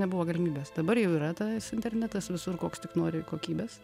nebuvo galimybės dabar jau yra tas internetas visur koks tik nori kokybės